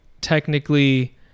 technically